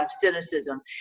cynicism